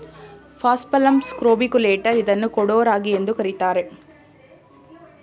paspalum scrobiculatum ಇದನ್ನು ಕೊಡೋ ರಾಗಿ ಎಂದು ಕರಿತಾರೆ